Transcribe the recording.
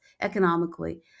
economically